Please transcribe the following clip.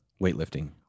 weightlifting